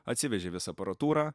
atsivežė visą aparatūrą